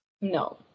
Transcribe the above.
No